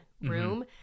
room